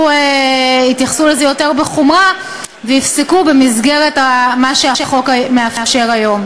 לזה יותר בחומרה ויפסקו במסגרת מה שהחוק מאפשר היום.